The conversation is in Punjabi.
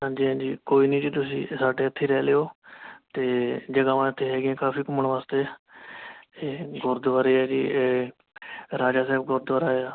ਹਾਂਜੀ ਹਾਂਜੀ ਕੋਈ ਨਹੀਂ ਜੀ ਤੁਸੀਂ ਸਾਡੇ ਇੱਥੇ ਰਹਿ ਲਿਓ ਅਤੇ ਜਗ੍ਹਾਵਾਂ ਇੱਥੇ ਹੈਗੀਆਂ ਕਾਫ਼ੀ ਘੁੰਮਣ ਵਾਸਤੇ ਇੱਥੇ ਗੁਰਦੁਆਰੇ ਹੈ ਜੀ ਇਹ ਰਾਜਾ ਸਾਹਿਬ ਗੁਰਦੁਆਰਾ ਆ